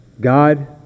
god